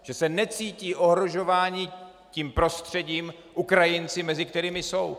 Že se necítí být ohrožování tím prostředím, Ukrajinci, mezi kterými jsou.